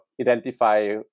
identify